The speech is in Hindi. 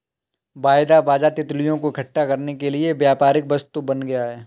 वायदा बाजार तितलियों को इकट्ठा करने के लिए व्यापारिक वस्तु बन गया